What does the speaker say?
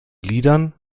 liedern